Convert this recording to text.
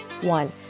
One